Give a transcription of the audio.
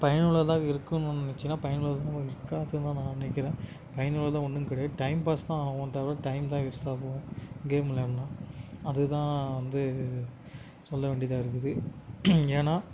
பயனுள்ளதாக இருக்கும்ன்னு ஒன்று நெனைச்சிங்கனா பயனுள்ளதாக இருக்காதுன்னு தான் நான் நினைக்கிறேன் பயனுள்ளதாக ஒன்றும் கிடையாது டைம் பாஸ் தான் ஆகும் தவிர டைம் தான் வேஸ்ட்டாக போகும் கேம் விளையாடினா அது தான் வந்து சொல்ல வேண்டியதாக இருக்குது ஏன்னா